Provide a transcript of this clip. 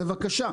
בבקשה,